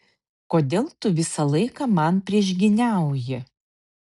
kodėl tu visą laiką man priešgyniauji